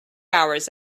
hours